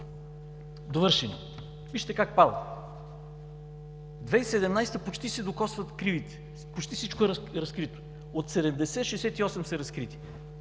довършени. Вижте как падат. В 2017 г. почти се докосват кривите, почти всичко е разкрито. От 70 – 68 са разкрити.